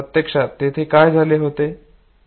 प्रत्यक्षात तिथे काय झाले होते